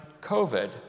COVID